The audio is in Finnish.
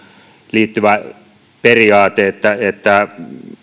liittyvä periaate että että